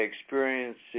experiencing